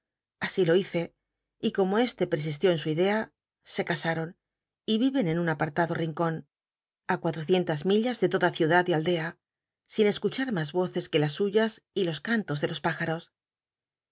así lo hice y como este persistió en su idea se casaron y viyen en un apartado rincón á cuatrocientas millas de toda ciudad y biblioteca nacional de españa da vid copperfield aldea sin escuchat mas yoces que las suyas y los cantos de los pájaros